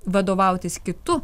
vadovautis kitu